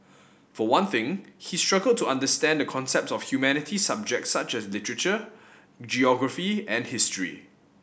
for one thing he struggled to understand the concepts of humanities subjects such as literature geography and history